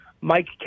mike